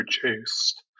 produced